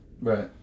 Right